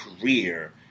career